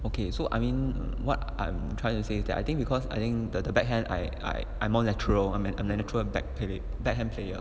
okay so I mean what I'm trying to say that I think because I think that the back hand I I I more natural I'm a natural and back hand